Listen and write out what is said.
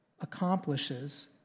accomplishes